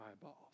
eyeballs